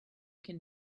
can